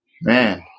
Man